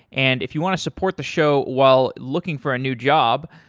and if you want to support the show while looking for a new job,